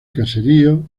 caserío